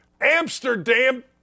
Amsterdam